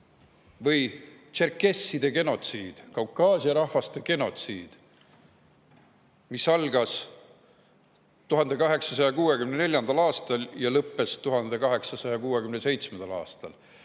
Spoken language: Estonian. Või tšerkesside genotsiid, Kaukaasia rahvaste genotsiid, mis algas 1864. aastal ja lõppes 1867. aastal.